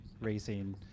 racing